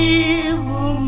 evil